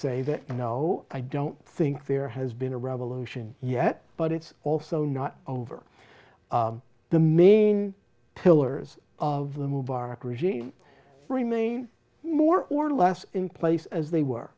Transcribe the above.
say that no i don't think there has been a revolution yet but it's also not over the main pillars of the mubarak regime remain more or less in place as they were